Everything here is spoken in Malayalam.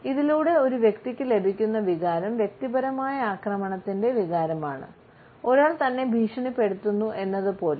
ഇതിലൂടെ ഒരു വ്യക്തിക്ക് ലഭിക്കുന്ന വികാരം വ്യക്തിപരമായ ആക്രമണത്തിന്റെ വികാരമാണ് ഒരാൾ തന്നെ ഭീഷണിപ്പെടുത്തുന്നു എന്നതുപോലെ